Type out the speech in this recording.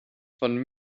von